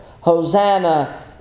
Hosanna